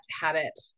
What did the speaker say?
habit